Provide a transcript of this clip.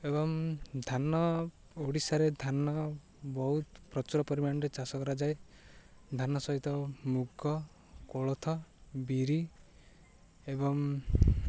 ଏବଂ ଧାନ ଓଡ଼ିଶାରେ ଧାନ ବହୁତ ପ୍ରଚୁର ପରିମାଣରେ ଚାଷ କରାଯାଏ ଧାନ ସହିତ ମୁଗ କୋଳଥ ବିରି ଏବଂ